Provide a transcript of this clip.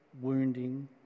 wounding